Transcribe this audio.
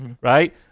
right